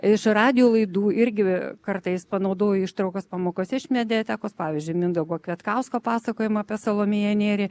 iš radijo laidų irgi kartais panaudoju ištraukas pamokose iš mediatekos pavyzdžiui mindaugo kvietkausko pasakojimą apie salomėją nėrį